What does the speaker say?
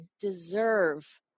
deserve